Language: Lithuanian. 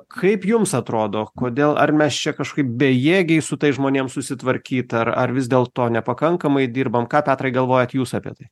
kaip jums atrodo kodėl ar mes čia kažkaip bejėgiai su tais žmonėm susitvarkyt ar ar vis dėlto nepakankamai dirbam ką petrai galvojat jūs apie tai